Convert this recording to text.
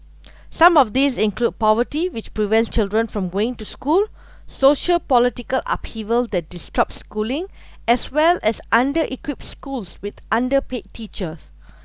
some of these include poverty which prevents children from going to school socio political upheaval that disrupts schooling as well as under-equipped schools with underpaid teachers